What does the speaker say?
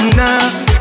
now